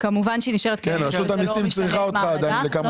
כן, רשות המסים צריכה אותה עדיין לכמה